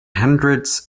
hundreds